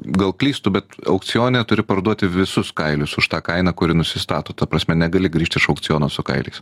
gal klystu bet aukcione turi parduoti visus kailius už tą kainą kuri nusistato ta prasme negali grįžt iš aukciono su kailiais